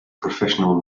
professional